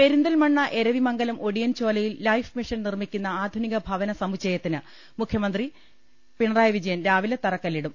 പെരിന്തൽമണ്ണ എരവിമംഗലം ഒടിയൻചോലയിൽ ലൈഫ്മിഷൻ നിർ മിക്കുന്ന ആധുനിക ഭവന സമുച്ചയത്തിന് മുഖ്യമന്ത്രി പിണറായി വിജ യൻ രാവിലെ തറക്കല്പിടും